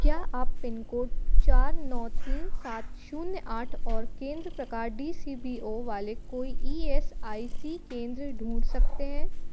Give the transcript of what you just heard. क्या आप pin code चार नौ तीन सात शून्य आठ और केंद्र प्रकार डी सी बी ओ वाले कोई ई एस आई सी केंद्र ढूँढ सकते हैं